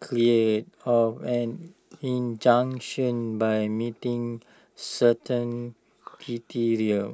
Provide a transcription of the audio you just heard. cleared of an injunction by meeting certain criteria